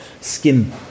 skin